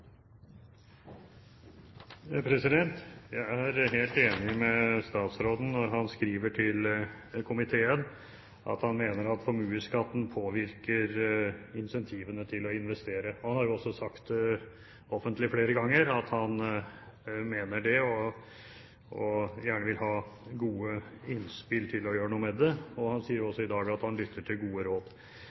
Jeg er helt enig med statsråden når han skriver til komiteen at han mener at formuesskatten påvirker incentivene til å investere. Han har jo også sagt offentlig flere ganger at han mener det og gjerne vil ha gode innspill til å gjøre noe med det. Han sier også i dag at han lytter til gode råd.